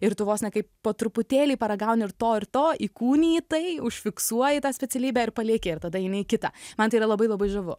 ir tu vos ne kaip po truputėlį paragauni ir to ir to įkūniji tai užfiksuoji tą specialybę ir palieki ir tada eini į kitą man tai yra labai labai žavu